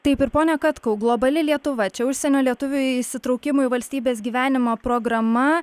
taip ir pone katkau globali lietuva čia užsienio lietuvių įsitraukimo į valstybės gyvenimą programa